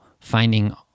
finding